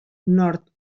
nord